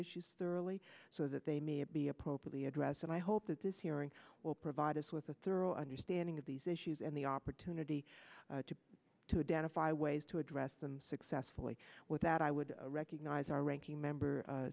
issues thoroughly so that they may be appropriately address and i hope that this hearing will provide us with a thorough understanding of these issues and the opportunity to identify with to address them successfully with that i would recognize our ranking member